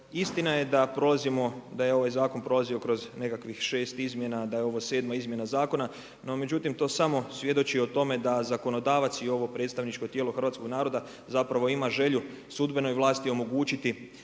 Istina je da je ovaj zakon prolazio kroz nekakvih šest izmjena, da je ovo sedma izmjena zakona, no međutim to samo svjedoči o tome da zakonodavac i ovo predstavničko tijelo hrvatskog naroda zapravo ima želju sudbenoj vlasti omogućiti